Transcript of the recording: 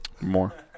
more